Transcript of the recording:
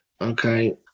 Okay